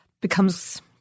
becomes